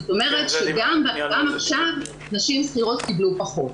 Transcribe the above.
זאת אומרת שגם עכשיו נשים שכירות קיבלו פחות.